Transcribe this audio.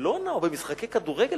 בברצלונה ובמשחקי כדורגל?